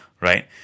right